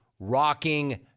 Rocking